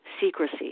secrecy